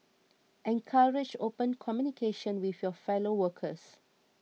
encourage open communication with your fellow workers